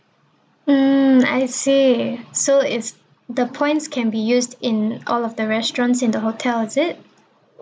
mm I see so is the points can be used in all of the restaurants in the hotel is it